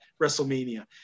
Wrestlemania